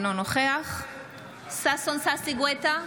אינו נוכח ששון ששי גואטה,